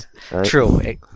True